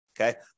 Okay